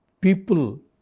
people